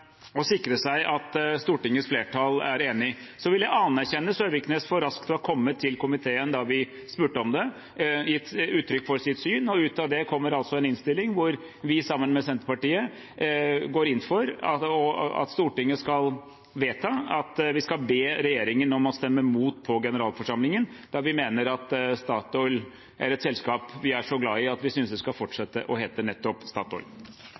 å sikre seg at Stortingets flertall er enig. Så vil jeg anerkjenne Søviknes for raskt å ha kommet til komiteen da vi spurte om det, og gitt uttrykk for sitt syn, og ut av det kommer altså en innstilling hvor vi sammen med Senterpartiet går inn for at Stortinget skal vedta å be regjeringen om å stemme mot på generalforsamlingen, da Statoil er et selskap vi er så glad i at vi synes det skal fortsette å hete nettopp Statoil.